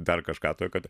dar kažką to kad